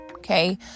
Okay